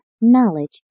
knowledge